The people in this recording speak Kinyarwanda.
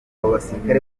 b’abafaransa